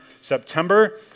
September